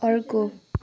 अर्को